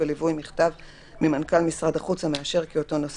בליווי מכתב מהמנהל הכללי של משרד החוץ המאשר כי אותו נוסע